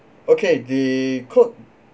okay the quote